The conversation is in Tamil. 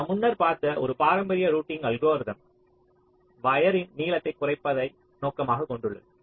நாம் முன்னர் பார்த்த ஒரு பாரம்பரிய ரூட்டிங் அல்கோரிதம் வயர்ரின் நீளத்தை குறைப்பதை நோக்கமாகக் கொண்டுள்ளது